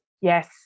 yes